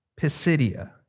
Pisidia